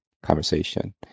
Conversation